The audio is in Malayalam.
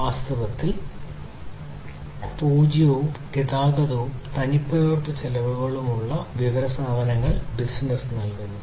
വാസ്തവത്തിൽ പൂജ്യം ഗതാഗതവും തനിപ്പകർപ്പ് ചെലവും ഉള്ള വിവര സാധനങ്ങൾ ബിസിനസ്സ് നൽകുന്നു